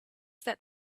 that